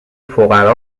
فقرا